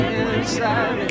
inside